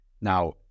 Now